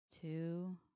two